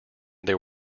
there